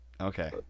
Okay